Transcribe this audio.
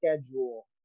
schedule